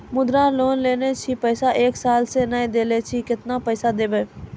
मुद्रा लोन लेने छी पैसा एक साल से ने देने छी केतना पैसा देब?